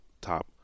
top